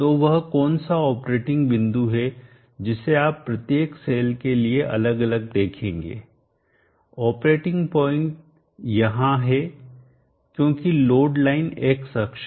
तो वह कौन सा ऑपरेटिंग बिंदु है जिसे आप प्रत्येक सेल के लिए अलग अलग देखेंगे ऑपरेटिंग पॉइंट यहाँ है क्योंकि लोड लाइन x अक्ष है